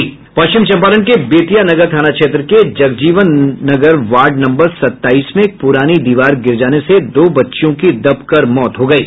पश्चिम चम्पारण के बेतिया नगर थाना क्षेत्र के जगजीवन नगर वार्ड नंबर सत्ताईस में एक पुरानी दीवार गिर जाने से दो बच्चियों की दबकर मौत हो गयी